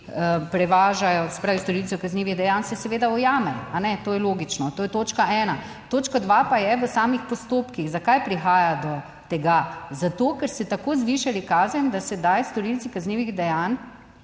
prevažajo, se pravi storilcev kaznivih dejanj, se seveda ujame. To je logično, to je točka ena. Točka dva pa je v samih postopkih. Zakaj prihaja do tega? Zato, ker ste tako zvišali kazen, da sedaj storilci kaznivih dejanj